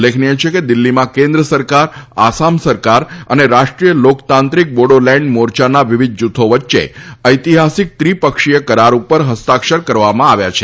ઉલ્લેખનીય છે કે દિલ્હીમાં કેન્દ્ર સરકાર આસામ સરકાર અને રાષ્ટ્રીય લોકતાંત્રિક બોડો લેન્ડ મોર યાના વિવિધ જૂથો વચ્ચે ચૈતિહાસિક ત્રિપક્ષીય કરાર ઉપર ફસ્તાક્ષર કરવામાં આવ્યા છે